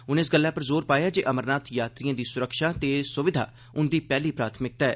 उनें इस गल्लै पर जोर पाया जे अमरनाथ यात्रिएं दी सुरक्षा ते सुविधां उंदी पैहली प्राथमिकता ऐ